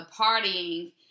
partying